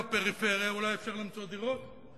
בפריפריה אולי אפשר למצוא דירות,